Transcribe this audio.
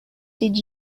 did